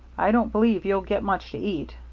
i don't believe you'll get much to eat.